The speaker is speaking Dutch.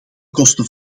kosten